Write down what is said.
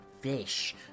fish